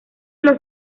los